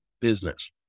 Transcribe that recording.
business